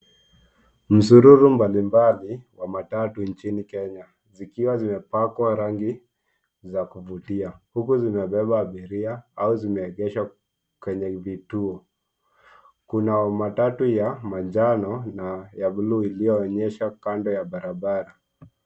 Msururu mbalimbali wa matatu nchini Kenya, zikiwa zimepakwa rangi za kuvutia huku zimebeba abiria au zimeegeshwa kwenye vituo. Kuna matatu ya manjano na ya blue iliyoonyeshwa kando ya barabara.